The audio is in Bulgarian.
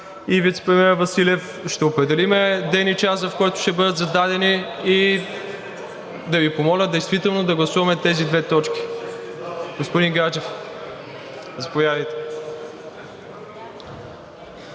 и вицепремиера Василев, ще определим ден и час, в който ще бъдат зададени, и да Ви помоля действително да гласуваме тези две точки. Господин Гаджев, заповядайте.